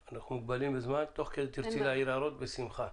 אם תרצי להעיר הערות, בשמחה.